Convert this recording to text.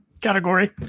category